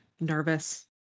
nervous